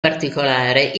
particolare